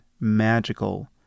magical